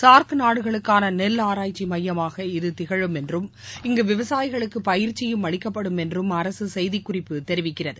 SAARC நாடுகளுக்கான நெல் ஆராய்ச்சி மையமாக இது திகழும் என்றும் இங்கு விவசாயிகளுக்கு பயிற்சியும் அளிக்கப்படும் என்றும் அரசு செய்தி குறிப்பு தெரிவிக்கிறது